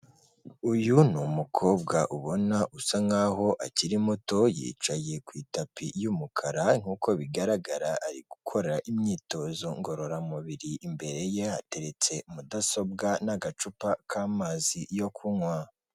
Uyu ni umukobwa ubona usa nkaho akiri muto, yicaye ku itapi y'umukara nk'uko bigaragara ari gukora imyitozo ngororamubiri, imbere ye yateretse mudasobwa n'agacupa k'amazi yo kunywa.